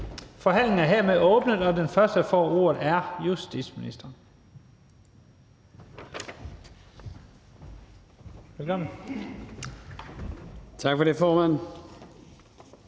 Forhandlingen er hermed åbnet, og den første, der får ordet, er justitsministeren. Velkommen. Kl. 14:45 Forhandling